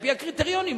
על-פי הקריטריונים,